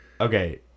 Okay